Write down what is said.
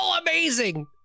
amazing